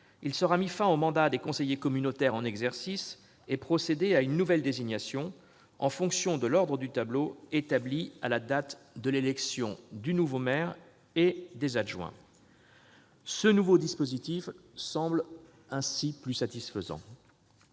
il sera mis fin au mandat des conseillers communautaires en exercice et procédé à une nouvelle désignation en fonction de l'ordre du tableau établi à la date de l'élection du nouveau maire et des adjoints. Ce dispositif semble ainsi plus satisfaisant.